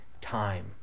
time